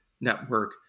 network